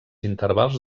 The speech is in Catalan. intervals